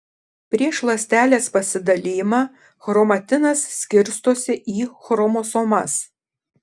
prieš ląstelės pasidalijimą chromatinas skirstosi į chromosomas